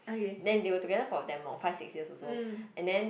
then they were together for damn long five six years also and then